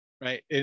right